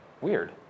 Weird